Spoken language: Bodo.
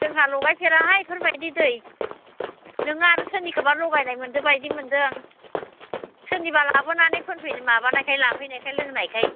जोंहा लगायफेराहाय बेफोरबायदि दै नोङो आरो सोरनिखौबा लगायनाय मोनदों बादि मोनदों सोरनिबा लाबोनानै फानफै माबानायखाय लाफैनायखाय लोंनायखाय